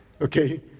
Okay